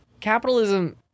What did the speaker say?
capitalism